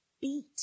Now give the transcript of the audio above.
beat